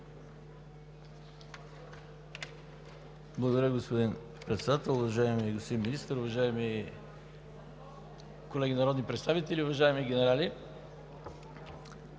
Благодаря Ви, господин Председател. Уважаеми господин Министър, уважаеми колеги народни представители, уважаеми генерали!